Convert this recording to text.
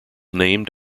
named